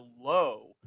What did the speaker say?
low